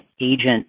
agent